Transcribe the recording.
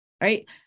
right